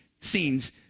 scenes